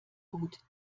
gut